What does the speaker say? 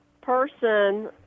person